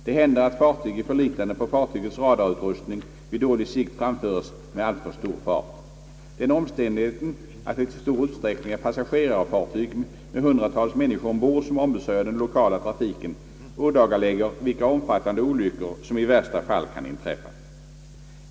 Det händer att fartyg i förlitande på fartygets radarutrustning vid dålig sikt framföres med alltför stor fart. Den omständigheten att det i stor utsträckning är passagerarfartyg med hundratals människor ombord som ombesörjer den lokala trafiken ådagalägger vilka omfattande olyckor som i värsta fall kan inträffa.